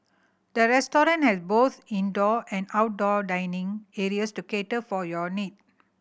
the restaurant has both indoor and outdoor dining areas to cater for your need